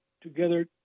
together